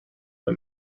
the